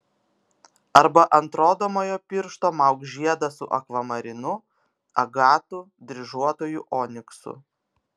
arba ant rodomojo piršto mauk žiedą su akvamarinu agatu dryžuotuoju oniksu